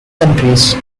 countries